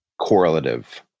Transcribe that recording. correlative